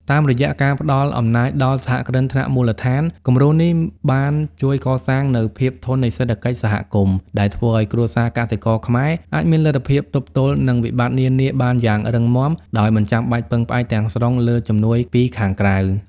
តាមរយៈការផ្ដល់អំណាចដល់ "សហគ្រិនថ្នាក់មូលដ្ឋាន" គំរូនេះបានជួយកសាងនូវភាពធន់នៃសេដ្ឋកិច្ចសហគមន៍ ដែលធ្វើឱ្យគ្រួសារកសិករខ្មែរអាចមានលទ្ធភាពទប់ទល់នឹងវិបត្តិនានាបានយ៉ាងរឹងមាំ ដោយមិនចាំបាច់ពឹងផ្អែកទាំងស្រុងលើជំនួយពីខាងក្រៅ។